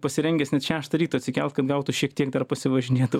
pasirengęs net šeštą ryto atsikelt kaip gautų šiek tiek dar pasivažinėt